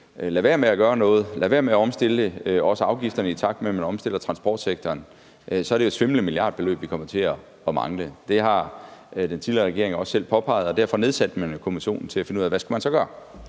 lader være med at gøre noget, lader være med at omstille afgifterne, i takt med at man omstiller transportsektoren, er det jo et svimlende milliardbeløb, vi kommer til at mangle. Det har den tidligere regering også selv påpeget, og derfor nedsatte man jo kommissionen til at finde ud af, hvad man så